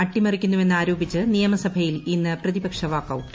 അട്ടിമറിക്കുന്നുവെന്ന് ആരോപിച്ച് നിയമസഭയിൽ ഇന്ന് പ്രതിപക്ഷ വാക്കൌട്ട്